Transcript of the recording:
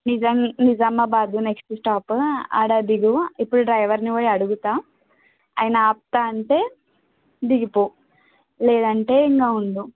Nizam Nizamabad next stop అక్కడ దిగు ఇప్పుడు డ్రైవర్ని పోయి అడుగుతాను ఆయన ఆపుతాను అంటే దిగిపో లేదంటే ఉండు